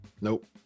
nope